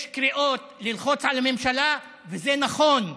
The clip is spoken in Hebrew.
יש קריאות ללחוץ על הממשלה, וזה נכון.